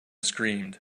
screamed